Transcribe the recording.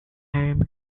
home